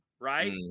right